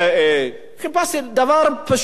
דבר פשוט,